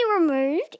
removed